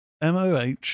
moh